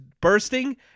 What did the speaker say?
bursting